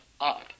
up